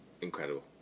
incredible